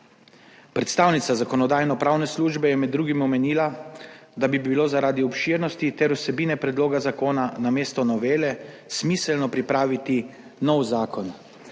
Predstavnica Zakonodajno-pravne službe je med drugim omenila, da bi bilo zaradi obširnosti ter vsebine predloga zakona namesto novele smiselno pripraviti nov zakon.